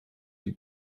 die